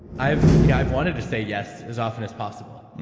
i've you know i've wanted to say yes as often as possible.